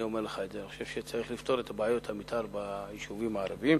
אני חושב שצריך לפתור את בעיות תוכניות המיתאר ביישובים הערביים,